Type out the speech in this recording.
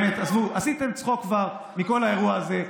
באמת, עזבו, כבר עשיתם צחוק מכל האירוע הזה.